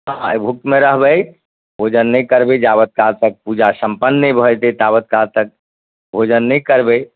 हँ एकभुक्तमे रहबै भोजन नहि करबै जावतकाल तक पूजा सम्पन्न नहि भऽ जएतै तावत काल तक भोजन नहि करबै